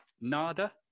Nada